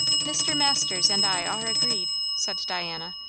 mr. masters and i are agreed, said diana,